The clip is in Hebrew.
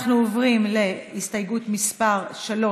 אנחנו עוברים להסתייגות מס' 3,